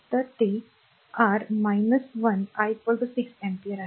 तर ते r 1 I 6 ampere आहे